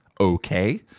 Okay